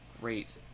great